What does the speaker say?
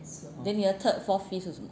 then 你的 third fourth fifth 是什么